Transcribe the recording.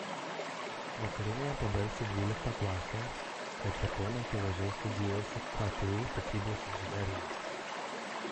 vakarinėje pabaigsiu dvyliktą klasę o po to neakivaizdžiai studijuosiu ktu statybos inžineriją